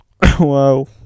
wow